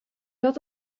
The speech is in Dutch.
zat